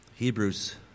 Hebrews